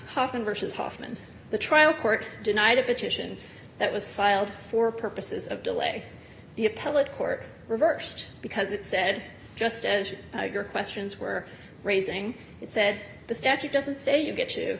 n versus hoffman the trial court denied a petition that was filed for purposes of delay the appellate court reversed because it said just as your questions were raising it said the statute doesn't say you get to